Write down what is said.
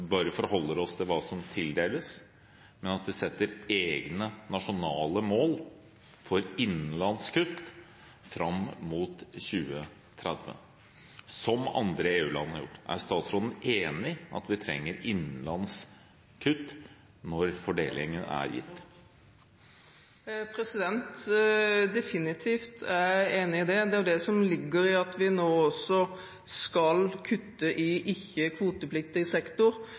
bare forholder oss til hva som tildeles, men at vi setter egne nasjonale mål for innenlands kutt fram mot 2030, som andre EU-land har gjort. Er statsråden enig i at vi trenger innenlands kutt når fordelingen er gjort? Jeg er definitivt enig i det. Det er jo det som ligger i at vi nå også skal kutte i ikke-kvotepliktig sektor.